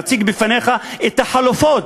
נציג בפניך את החלופות.